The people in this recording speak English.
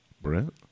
Brent